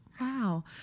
Wow